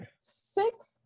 six